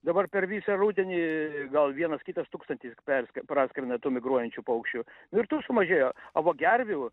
dabar per visą rudenį gal vienas kitas tūkstantis perskren praskrenda migruojančių paukščių ir tų sumažėjo o va gervių